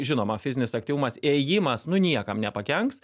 žinoma fizinis aktyvumas ėjimas nu niekam nepakenks